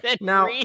now